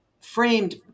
framed